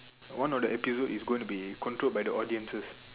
one of the episode is gonna be controlled by the audiences